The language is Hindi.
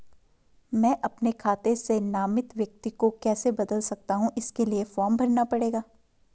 मैं अपने खाते से नामित व्यक्ति को कैसे बदल सकता हूँ इसके लिए फॉर्म भरना पड़ेगा?